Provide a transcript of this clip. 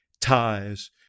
ties